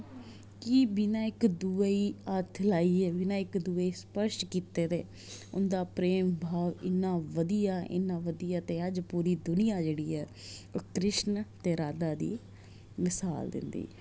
कि बिना इक दूऐ ई हत्थ लाइयै बिना इक दूऐ गी स्पर्श कीते दे उं'दा प्रेम भाव इ'न्ना बधिया ते अज्ज पूरी दूनिया जेह्ड़ी ऐ ओह् कृष्ण ते राधा दी मिसाल दिंदी ऐ